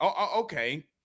okay